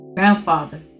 Grandfather